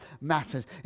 matters